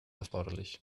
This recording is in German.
erforderlich